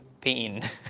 pain